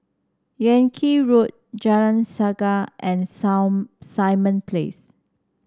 Yan Kit Road Jalan Sungei and Simon Place